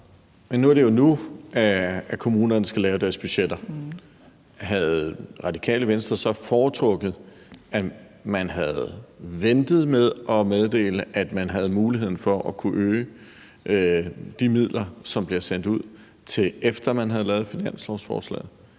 Men det er jo nu, kommunerne skal lave deres budgetter. Havde Radikale Venstre så foretrukket, at man havde ventet med at meddele, at man havde muligheden for at kunne øge de midler, som bliver sendt ud, til efter man havde afsluttet finanslovsforhandlingerne